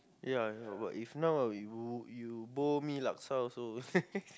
ya if not we what we you bowl me laksa also